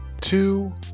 two